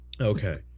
Okay